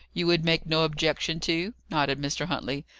you would make no objection to? nodded mr. huntley.